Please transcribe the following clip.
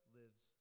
lives